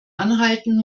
anhalten